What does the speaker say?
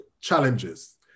Challenges